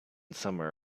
somewhere